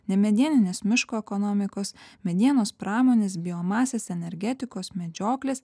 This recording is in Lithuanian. nemedieninės miško ekonomikos medienos pramonės biomasės energetikos medžioklės